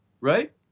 right